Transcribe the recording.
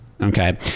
okay